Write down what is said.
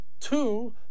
two